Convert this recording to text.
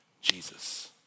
Jesus